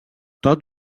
tot